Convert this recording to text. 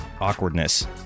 awkwardness